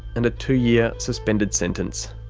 and a two-year suspended sentence.